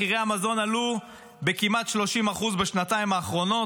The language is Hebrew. מחירי המזון עלו כמעט ב-30% בשנתיים האחרונות,